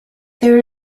there